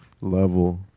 level